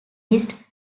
list